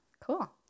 Cool